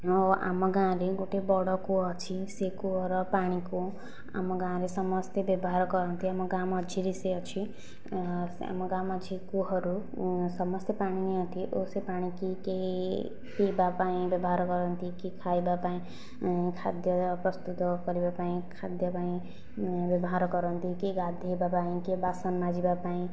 ଓ ଆମ ଗାଁରେ ଗୋଟିଏ ବଡ଼ କୂଅଟେ ଅଛି ସେ କୂଅର ପାଣିକୁ ଆମ ଗାଁରେ ସମସ୍ତେ ବ୍ୟବହାର କରନ୍ତି ଆମ ଗାଁ ମଝିରେ ସେ ଅଛି ଆମ ଗାଁ ମଝି କୂଅରୁ ସମସ୍ତେ ପାଣି ନିଅନ୍ତି ଓ ସେ ପାଣି କି କେହି ପିଇବା ପାଇଁ ବ୍ୟବହାର କରନ୍ତି କି ଖାଇବା ପାଇଁ ଖାଦ୍ୟ ପ୍ରସ୍ତୁତ କରିବା ପାଇଁ ଖାଦ୍ୟ ପାଇଁ ବ୍ୟବହାର କରନ୍ତି କି ଗାଧେଇବା ପାଇଁ କିଏ ବାସନ ମାଜିବା ପାଇଁ